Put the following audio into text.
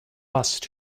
rust